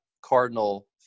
Cardinal